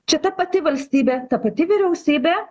čia ta pati valstybė ta pati vyriausybė